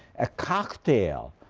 a cocktail,